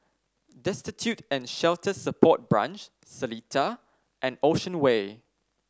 Destitute and Shelter Support Branch Seletar and Ocean Way